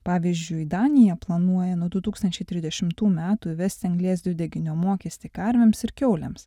pavyzdžiui danija planuoja nuo du tūkstančiai trisdešimtų metų įvesti anglies dvideginio mokestį karvėms ir kiaulėms